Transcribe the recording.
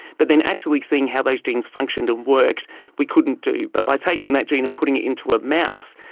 but then actually seeing how those things functioned and worked we couldn't do. but by taking that gene and putting it into a mouse,